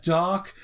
dark